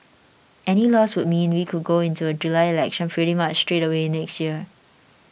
any loss would mean we could go into a July election pretty much straight away next year